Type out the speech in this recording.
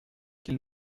qu’il